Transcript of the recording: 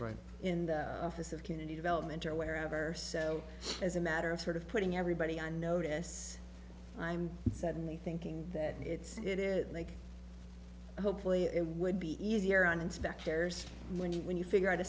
run in the office of community development or wherever so as a matter of sort of putting everybody on notice i'm suddenly thinking that it's it is like hopefully it would be easier on inspectors when you when you figure out a